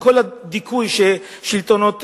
עם כל הדיכוי שהשלטונות